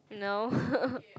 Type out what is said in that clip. no